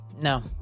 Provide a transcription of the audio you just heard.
no